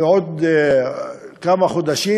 בעוד כמה חודשים,